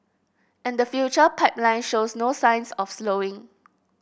and the future pipeline shows no signs of slowing